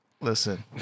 Listen